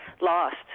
lost